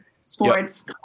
sports